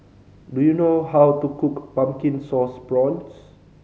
do you know how to cook Pumpkin Sauce Prawns